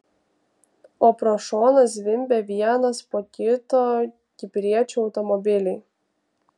o pro šoną zvimbia vienas po kito kipriečių automobiliai